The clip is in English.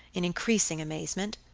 in increasing amazement.